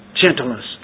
gentleness